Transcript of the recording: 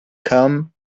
come